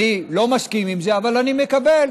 אני לא מסכים עם זה, אבל אני מקבל.